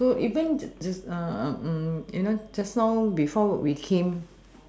so even this uh you know just now before we came